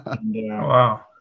wow